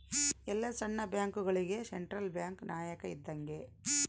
ಎಲ್ಲ ಸಣ್ಣ ಬ್ಯಾಂಕ್ಗಳುಗೆ ಸೆಂಟ್ರಲ್ ಬ್ಯಾಂಕ್ ನಾಯಕ ಇದ್ದಂಗೆ